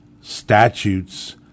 statutes